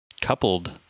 coupled